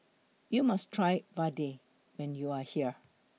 YOU must Try Vadai when YOU Are here